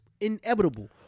inevitable